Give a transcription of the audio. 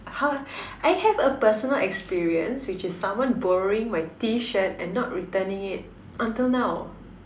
how I have a personal experience which is someone borrowing my T-shirt and not returning it until now